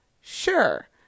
Sure